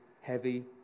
heavy